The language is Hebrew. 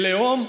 כלאום,